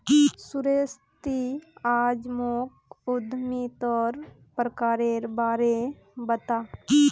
सुरेश ती आइज मोक उद्यमितार प्रकारेर बा र बता